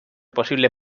posible